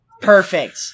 Perfect